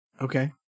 Okay